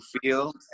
feel